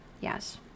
yes